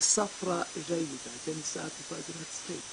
'ספרא אג'יילידה', זה מצחיק.